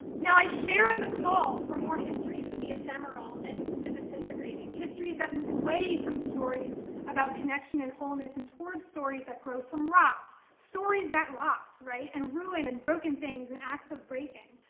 now, i share in the call for more histories of the ephemeral and the disintegrating histories that move away from stories about connection and wholeness and towards stories that grow from rot, stories that rot, and ruin and broken things, and acts of breaking.